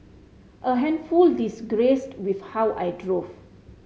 a handful disagreed with how I drove